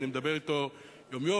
ואני מדבר אתו יום-יום,